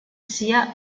sia